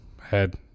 head